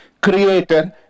creator